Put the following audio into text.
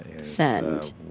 Send